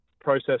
process